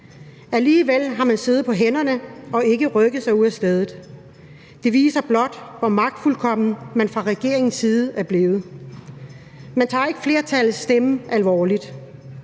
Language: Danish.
Alligevel har man siddet på hænderne og ikke rykket sig ud af stedet. Det viser blot, hvor magtfuldkommen man fra regeringens side er blevet. Man tager ikke flertallets stemme alvorligt.